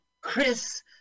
Chris